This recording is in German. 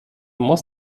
muss